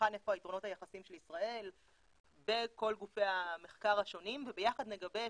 נבחן איפה היתרונות היחסיים של ישראל בכל גופי המחקר השונים וביחד נגבש,